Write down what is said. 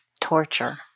torture